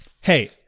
hey